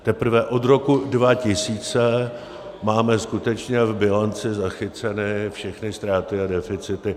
Teprve od roku 2000 máme skutečně v bilanci zachycené všechny ztráty a deficity.